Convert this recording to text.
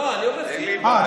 לא, אני אומר שתהיה ועדה.